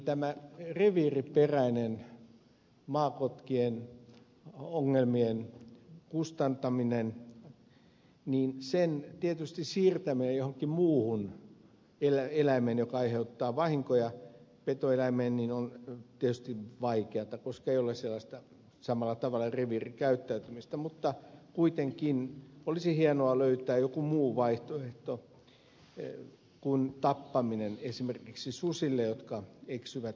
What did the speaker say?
tämä maakotkien reviiriperäisten ongelmien kustantaminen sen siirtäminen johonkin muuhun eläimeen joka aiheuttaa vahinkoja petoeläimeen on tietysti vaikeata koska se ei ole sellaista samanlaista reviirikäyttäytymistä mutta kuitenkin olisi hienoa löytää joku muu vaihtoehto kuin tappaminen esimerkiksi susien kohdalla jotka eksyvät poronhoitoalueelle